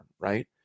right